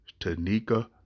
Tanika